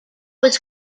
was